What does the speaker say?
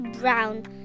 brown